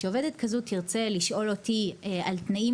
כשעובדת כזו תרצה לשאול אותי על תנאים